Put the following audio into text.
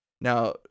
Now